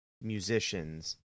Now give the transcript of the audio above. musicians